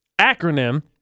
acronym